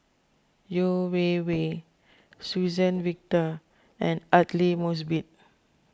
Yeo Wei Wei Suzann Victor and Aidli Mosbit